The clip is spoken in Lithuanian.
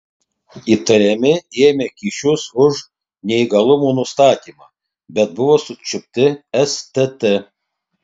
įtariami ėmę kyšius už neįgalumo nustatymą bet buvo sučiupti stt